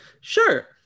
sure